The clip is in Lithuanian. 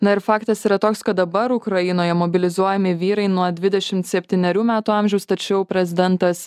na ir faktas yra toks kad dabar ukrainoje mobilizuojami vyrai nuo dvidešimt septynerių metų amžiaus tačiau prezidentas